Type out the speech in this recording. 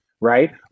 right